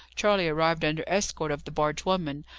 charley arrived under escort of the barge-woman,